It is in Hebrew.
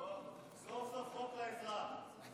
אוה, סוף-סוף חוק לאזרח.